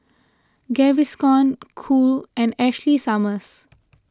Gaviscon Cool and Ashley Summers